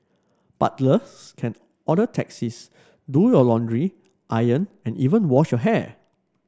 butlers can order taxis do your laundry iron and even wash your hair